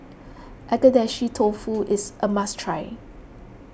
Agedashi Dofu is a must try